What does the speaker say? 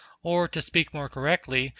or, to speak more correctly,